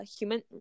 human